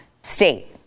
state